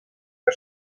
que